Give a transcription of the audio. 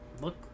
look